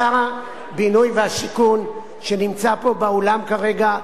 שר הבינוי והשיכון, שנמצא פה באולם כרגע,